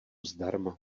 zdarma